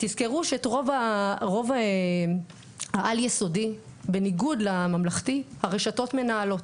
תזכרו שאת רוב העל יסודי בניגוד לממלכתי הרשתות מנהלות,